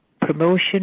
Promotion